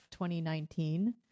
2019